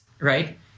right